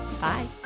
Bye